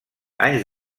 anys